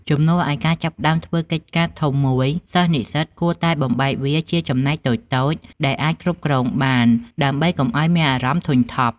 ជំនួសឱ្យការចាប់ផ្តើមធ្វើកិច្ចការធំមួយ សិស្សនិស្សិតគួរតែបំបែកវាជាចំណែកតូចៗដែលអាចគ្រប់គ្រងបាន ដើម្បីកុំឱ្យមានអារម្មណ៍ធុញថប់។